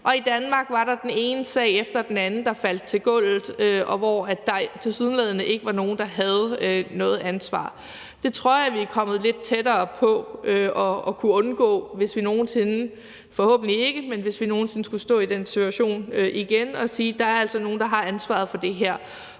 og i Danmark var der den ene sag efter den anden, der faldt til jorden, og hvor der tilsyneladende ikke var nogen, der havde noget ansvar. Det tror jeg vi er kommet lidt tættere på at kunne undgå, hvis vi nogen sinde – forhåbentlig ikke – skulle stå i den situation igen og sige, at der altså er nogen, der har ansvaret for det her.